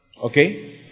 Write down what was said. Okay